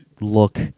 look